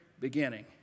beginning